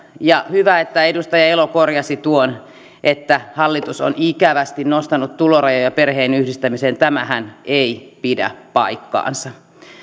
hyvä että edustaja elo korjasi tuon että hallitus on ikävästi nostanut tulorajoja perheenyhdistämiseen tämähän ei pidä paikkaansa